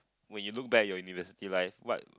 when you look back your university life what